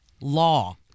law